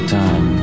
time